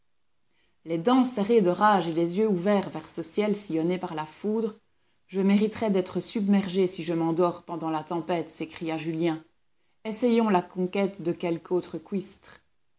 les dents serrées de rage et les yeux ouverts vers ce ciel sillonné par la foudre je mériterais d'être submergé si je m'endors pendant la tempête s'écria julien essayons la conquête de quelque autre